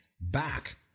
back